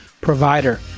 provider